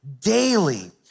Daily